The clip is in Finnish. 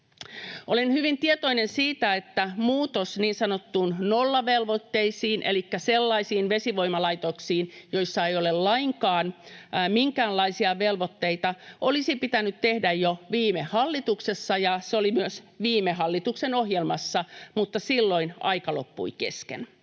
Olen hyvin tietoinen siitä, että muutos niin sanottuihin nollavelvoitteisiin vesivoimalaitoksiin — elikkä sellaisiin vesivoimalaitoksiin, joissa ei ole minkäänlaisia velvoitteita — olisi pitänyt tehdä jo viime hallituksessa, ja se oli myös viime hallituksen ohjelmassa, mutta silloin aika loppui kesken.